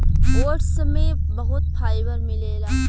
oats में बहुत fibre मिलेला